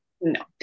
no